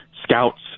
scouts